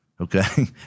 Okay